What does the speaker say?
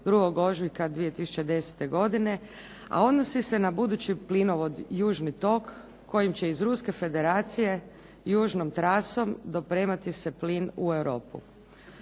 2. ožujka 2010. godine, a odnosi se na budući plinovod južni tok kojim će iz Ruske Federacije južnom trasom dopremati se plin u Europu.